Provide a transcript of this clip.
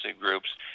groups